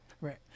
right